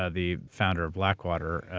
ah the founder of blackwater,